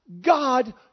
God